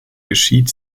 geschieht